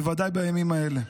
בוודאי בימים האלה.